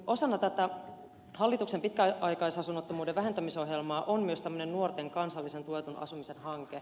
osana tätä hallituksen pitkäaikaisasunnottomuuden vähentämisohjelmaa on myös tämmöinen nuorten kansallisen tuetun asumisen hanke